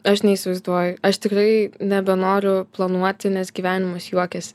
aš neįsivaizduoju aš tikrai nebenoriu planuoti nes gyvenimas juokiasi